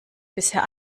bisher